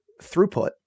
throughput